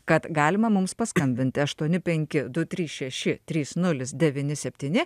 kad galima mums paskambint aštuoni penki du trys šeši trys nulis devyni septyni